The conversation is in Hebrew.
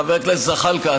חבר הכנסת זחאלקה,